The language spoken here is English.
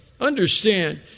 Understand